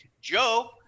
Joe